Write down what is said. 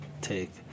take